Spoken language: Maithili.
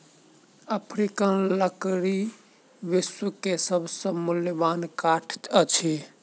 अफ्रीकन लकड़ी विश्व के सभ से मूल्यवान काठ अछि